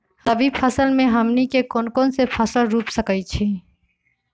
रबी फसल में हमनी के कौन कौन से फसल रूप सकैछि?